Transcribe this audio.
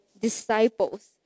disciples